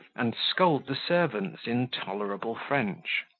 and scold the servants in tolerable french.